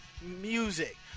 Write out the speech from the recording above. music